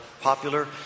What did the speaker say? popular